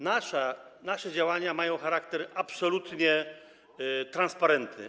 Nasze działania mają charakter absolutnie transparentny.